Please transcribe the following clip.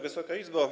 Wysoka Izbo!